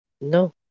No